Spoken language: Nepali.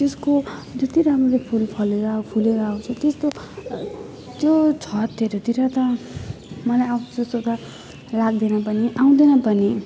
त्यसको जति राम्ररी फुल फलेर फुलेर आउँछ त्यस्तो त्यो छतहरूतिर त मलाई आउँछ जस्तो त लाग्दैन पनि आउँदैन पनि